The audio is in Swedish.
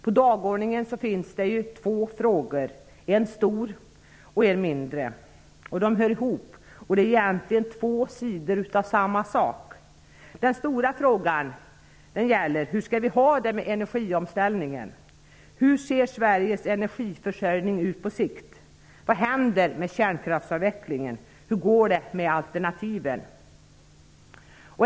På dagordningen finns två frågor, en stor och en mindre. De hör ihop och är egentligen två sidor av samma sak. Den stora frågan gäller hur vi skall ha det med energiomställningen. Hur ser Sveriges energiförsörjning ut på sikt? Vad händer med kärnkraftsavvecklingen? Hur går det med alternativen?